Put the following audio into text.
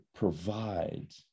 provides